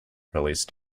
released